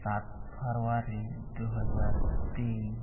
ᱥᱟᱛ ᱯᱷᱮᱵᱽᱨᱩᱣᱟᱨᱤ ᱫᱩ ᱦᱟᱡᱟᱨ ᱛᱤᱱ